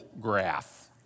graph